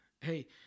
hey